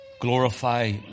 Glorify